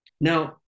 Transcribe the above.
Now